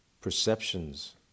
perceptions